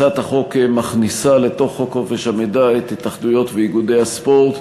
הצעת החוק מכניסה לתוך חוק חופש המידע את התאחדויות ואיגודי הספורט,